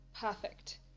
Perfect